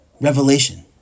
revelation